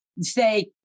say